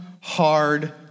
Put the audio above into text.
hard